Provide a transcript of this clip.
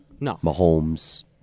Mahomes